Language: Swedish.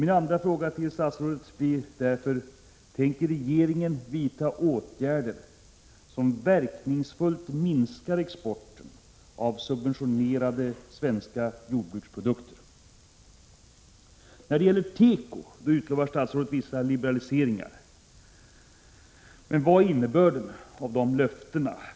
Min andra fråga till statsrådet blir: Tänker regeringen vidta åtgärder som verkningsfullt minskar exporten av subventionerade svenska jordbruksprodukter? När det gäller teko utlovar statsrådet vissa liberaliseringar. Men vad är innebörden i dessa löften?